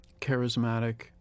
charismatic